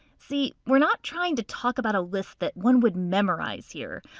see, we're not trying to talk about a list that one would memorize here.